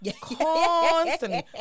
constantly